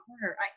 corner